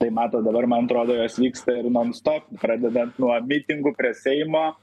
tai matot dabar man atrodo jos vyksta ir non stop pradedant nuo mitingų prie seimo